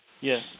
Yes